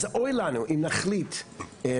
אז אוי לנו אם נחליט באמת,